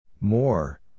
More